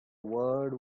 word